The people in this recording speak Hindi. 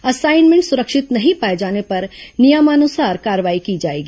असाइनमेंट सुरक्षित नहीं पाए जाने पर नियमानुसार कार्रवाई की जाएगी